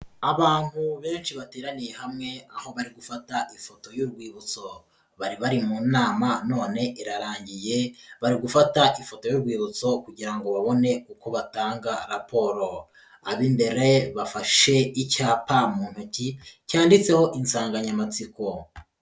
Abantu benshi bateraniye hamwe aho bari gufata ifoto y'urwibutso. Bari bari mu nama none irarangiye, bari gufata ifoto y'urwibutso kugira ngo babone uko batanga raporo. ab'imbere bafashe icyapa mu ntoki cyanditseho insanganyamatsiko.